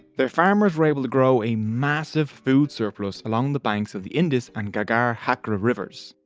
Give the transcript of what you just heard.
their farmers were able to grow a massive food surplus along the banks of the indus and ghaggar-hakra rivers.